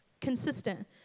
consistent